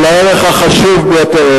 על הערך החשוב ביותר,